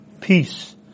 Peace